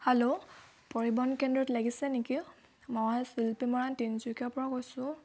hello পৰিবহণ কেন্দ্ৰত লাগিছে নেকি মই শিল্পী মৰাণ তিনিচুকীয়াৰ পৰা কৈছোঁ